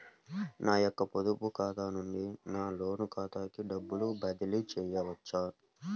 నా యొక్క పొదుపు ఖాతా నుండి నా లోన్ ఖాతాకి డబ్బులు బదిలీ చేయవచ్చా?